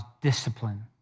discipline